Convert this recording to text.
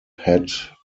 had